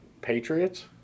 patriots